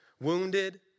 wounded